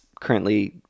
currently